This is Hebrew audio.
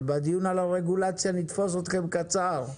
אבל בדיון על הרגולציה נתפוס אתכם קצר.